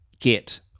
get